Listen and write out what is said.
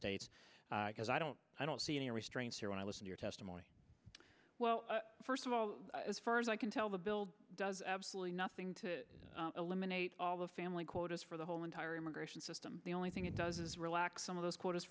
states because i don't i don't see any restraints here when i was in your testimony well first of all as far as i can tell the bill does absolutely nothing to eliminate all the family quotas for the whole entire immigration system the only thing it does is relax some of those qu